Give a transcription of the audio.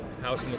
House